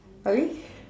sorry